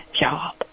job